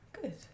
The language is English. Good